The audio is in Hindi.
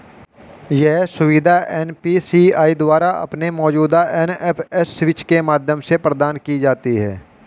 यह सुविधा एन.पी.सी.आई द्वारा अपने मौजूदा एन.एफ.एस स्विच के माध्यम से प्रदान की जाती है